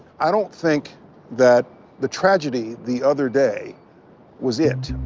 i don't think that the tragedy the other day was it.